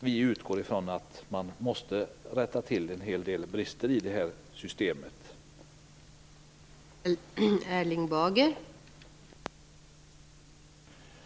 Vi utgår från att en hel del brister i systemet måste rättas till.